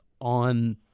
on